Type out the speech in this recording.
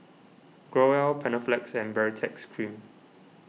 Growell Panaflex and Baritex Cream